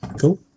Cool